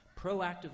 proactively